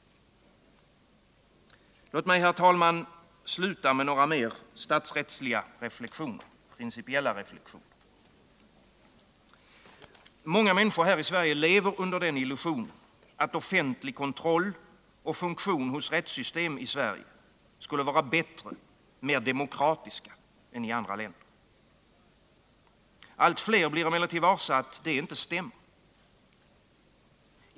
Låt mig, herr talman, sluta med några mer principiella statsrättsliga reflexioner. Många människor här i Sverige lever under illusionen, att den offentliga kontrollen av och funktionen hos rättssystemen i Sverige skulle vara bättre, mer demokratiska än i andra länder. Allt fler blir emellertid varse, att det inte stämmer.